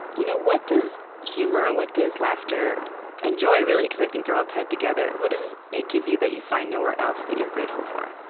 you know what does humor, what does laughter and joy, really, because i think they're all tied together what does it give you that you find nowhere else that you're grateful for?